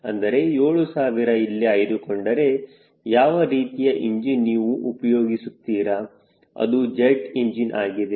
ಅಂದರೆ 7000 ಇಲ್ಲಿ ಆಯ್ದುಕೊಂಡರೆ ಯಾವ ರೀತಿಯ ಎಂಜಿನ್ ನೀವು ಉಪಯೋಗಿಸುತ್ತೀರಾ ಅದು ಜೆಟ್ ಇಂಜಿನ್ ಆಗಿದೆ